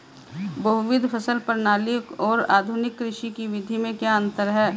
बहुविध फसल प्रणाली और आधुनिक कृषि की विधि में क्या अंतर है?